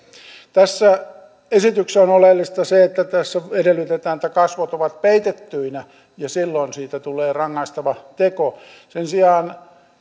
tässä esityksessä on oleellista se että tässä edellytetään että kasvot peitettynä siitä tulee rangaistava teko sen sijaan